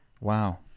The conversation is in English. Wow